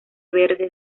verde